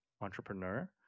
entrepreneur